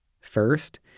First